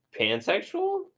pansexual